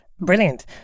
Brilliant